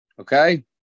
Okay